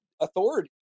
authority